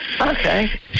Okay